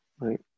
right